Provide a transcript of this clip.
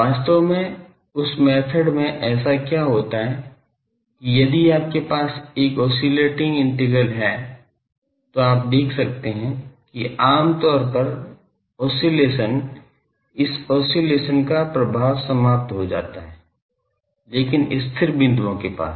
वास्तव में उस मेथड में ऐसा क्या होता है कि यदि आपके पास एक ओस्सिलटिंग इंटीग्रल है तो आप देख सकते हैं कि आम तौर पर ऑस्सिलेशन इस ऑस्सिलेशन का प्रभाव समाप्त हो जाता है लेकिन स्थिर बिंदुओं के पास